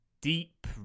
deep